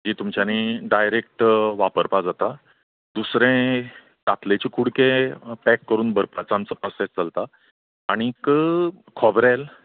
जी तुमच्यानी डायरेक्ट वापरपाक जाता दुसरें कातलेचे कुडके पॅक करून भरपाचो आमचो प्रॉसेस चलता आनीक खोबरेल